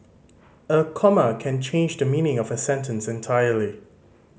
a comma can change the meaning of a sentence entirely